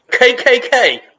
KKK